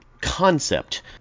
concept